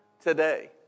today